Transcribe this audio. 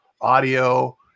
audio